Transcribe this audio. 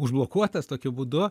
užblokuotas tokiu būdu